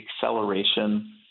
acceleration